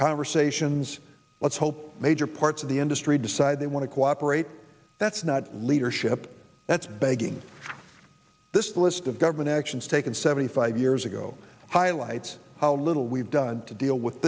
conversations let's hope major parts of the industry decide they want to cooperate that's not leadership that's begging this list of government actions taken seventy five years ago highlights how little we've done to deal with